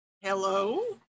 Hello